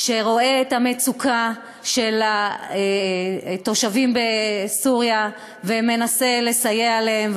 שרואה את המצוקה של התושבים בסוריה ומנסה לסייע להם.